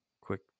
quick